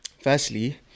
firstly